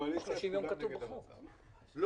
חצי שנה לא היו מקבלים כסף, אנחנו יודעים את זה.